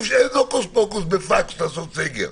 אין הוקוס-פוקוס בלעשות סגר.